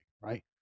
right